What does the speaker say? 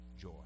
joy